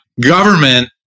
government